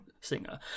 singer